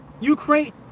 Ukraine